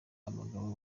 abagabo